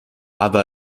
aber